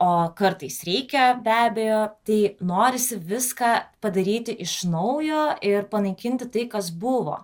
o kartais reikia be abejo tai norisi viską padaryti iš naujo ir panaikinti tai kas buvo